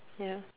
ya